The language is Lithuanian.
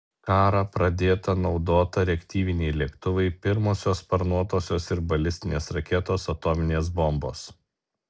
karą pradėta naudota reaktyviniai lėktuvai pirmosios sparnuotosios ir balistinės raketos atominės bombos